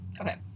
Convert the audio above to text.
Okay